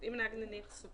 אם נהג סוטה,